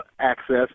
access